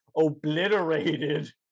obliterated